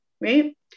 right